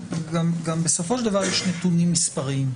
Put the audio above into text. בסופו של דבר יש נתונים מספריים.